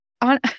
on